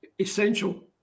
essential